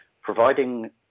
providing